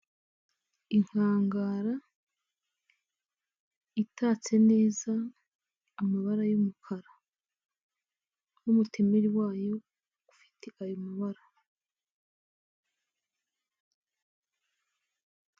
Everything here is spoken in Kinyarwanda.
Inkangara itatse neza amabara y'umukara n'umutemeri wayo ufite ayo mabara.